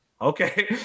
okay